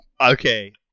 Okay